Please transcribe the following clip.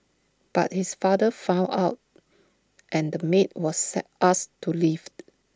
but his father found out and the maid was set asked to leave